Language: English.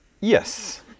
Yes